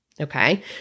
okay